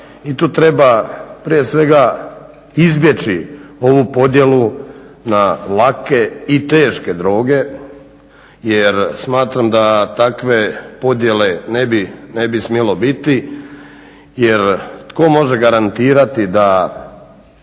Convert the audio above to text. i tu treba prije svega izbjeći ovu podjelu na lake i teške droge. Jer smatram da takve podjele ne bi smjelo biti jer tko može garantirati da